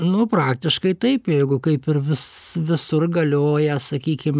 nu praktiškai taip jeigu kaip ir vis visur galioja sakykim